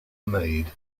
maid